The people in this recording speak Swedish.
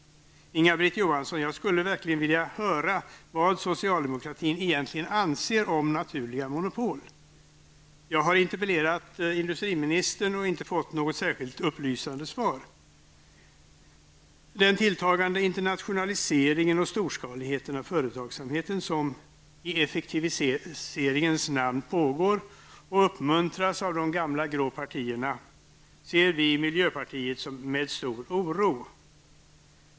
Inga-Britt Johansson, jag skulle verkligen vilja höra vad socialdemokratin egentligen anser om naturliga monopol. Jag har interpellerat industriministern och inte fått något särskilt upplysande svar. Den tilltagande internationaliseringen och storskaligheten av företagsamheten som i effektiviseringens namn pågår och uppmuntras av de gamla grå partierna ser vi i miljöpartiet med stor oro.